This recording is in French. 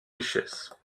richesses